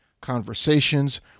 conversations